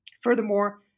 Furthermore